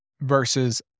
versus